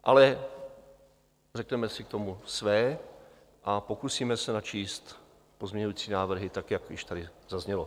Ale řekneme si k tomu své a pokusíme se načíst pozměňující návrhy, tak jak již tady zaznělo.